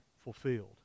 fulfilled